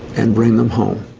and bring them home.